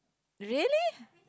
really